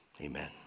Amen